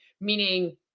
meaning